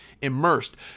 immersed